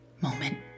moment